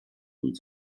und